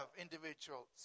individuals